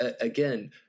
again